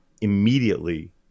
immediately